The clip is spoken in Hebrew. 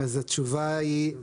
התשובה היא,